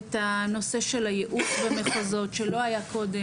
את הנושא של הייעוץ ומחוזות שלא היה קודם,